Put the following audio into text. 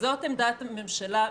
זאת עמדת הממשלה.